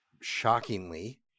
shockingly